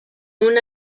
una